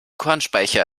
kornspeicher